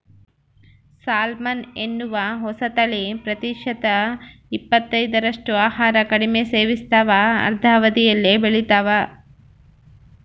salmon ಎನ್ನುವ ಹೊಸತಳಿ ಪ್ರತಿಶತ ಇಪ್ಪತ್ತೈದರಷ್ಟು ಆಹಾರ ಕಡಿಮೆ ಸೇವಿಸ್ತಾವ ಅರ್ಧ ಅವಧಿಯಲ್ಲೇ ಬೆಳಿತಾವ